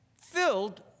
filled